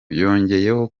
yongeyeho